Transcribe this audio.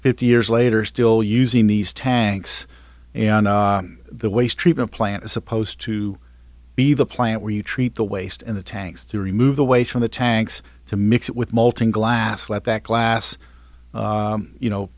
fifty years later still using these tanks and the waste treatment plant is supposed to be the plant where you treat the waste in the tanks to remove the waste from the tanks to mix it with molten glass let that glass you know